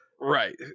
Right